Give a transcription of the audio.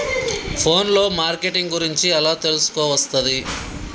Phone లో marketing గురించి ఎలా తెలుసుకోవస్తది?